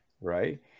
Right